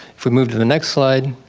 if we move to the next slide.